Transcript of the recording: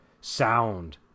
sound